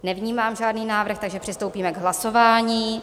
Nevnímám žádný návrh, takže přistoupíme k hlasování.